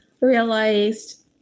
realized